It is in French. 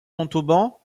montauban